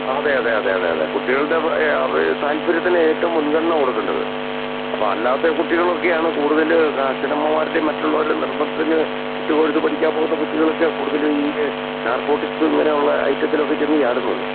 അതെ അതെ അതെ അതെ അതെ കുട്ടികളുടെ താല്പര്യത്തിന് ഏറ്റവും മുൻഗണന കൊടുക്കേണ്ടത് അപ്പം അല്ലാതെ കുട്ടികളൊക്കെയാണ് കൂടുതൽ അച്ഛനമ്മമാരുടെ മറ്റുള്ളവരുടെയും നിർബന്ധത്തിന് വിട്ട് കൊടുത്ത് പഠിക്കാൻ പോകുന്ന കുട്ടികളൊക്കെയാണ് കൂടുതലും ഈ നാർകോട്ടിക്സ് ഇങ്ങനെ ഉള്ള ഐറ്റത്തിലൊക്കെ ചെന്ന് ചാടുന്നത്